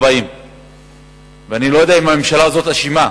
40. ואני לא יודע אם הממשלה הזאת אשמה.